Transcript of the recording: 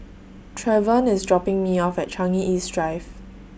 Trevon IS dropping Me off At Changi East Drive